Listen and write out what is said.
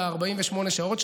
הרי